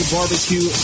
Barbecue